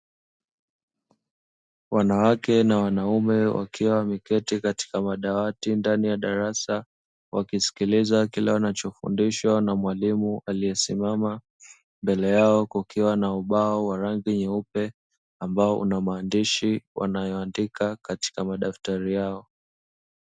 Wanawake na wanaume wakiwa wameketi katika madawati ndani ya darasa, wakisikiliza kile wanachofundishwa na mwalimu aliyesimama mbele yao, kukiwa na ubao wa rangi nyeupe ambao una maandishi wanayoandika katika madaftari yao.